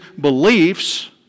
beliefs